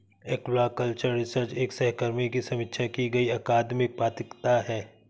aquaculture research एक सहकर्मी की समीक्षा की गई अकादमिक पत्रिका है